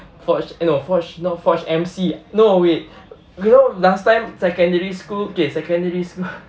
forged eh no forged not forged M_C no wait you know last time secondary school okay secondary school